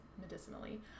medicinally